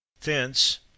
Thence